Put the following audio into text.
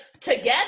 together